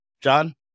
John